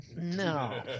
No